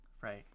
right